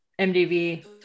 MDV